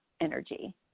energy